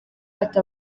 ati